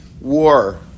war